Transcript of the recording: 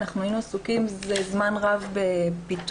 אנחנו היינו עסוקים זה זמן רב בפיתוח,